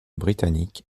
britannique